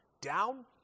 down